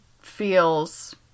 feels